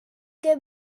que